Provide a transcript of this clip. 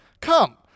Come